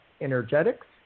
Energetics